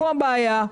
כאן הבעיה.